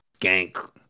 Gank